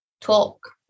talk